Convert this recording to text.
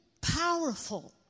powerful